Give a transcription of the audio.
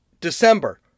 December